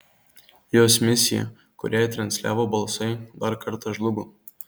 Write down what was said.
jos misija kurią jai transliavo balsai dar kartą žlugo